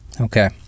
Okay